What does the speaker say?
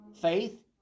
faith